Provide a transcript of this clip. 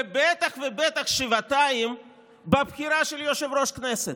ובטח ובטח שבעתיים בבחירה של יושב-ראש כנסת,